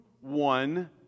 one